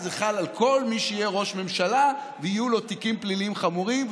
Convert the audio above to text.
זה חל על כל מי שיהיה ראש ממשלה שיהיו לו תיקים פליליים חמורים.